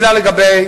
מלה לגבי